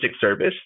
service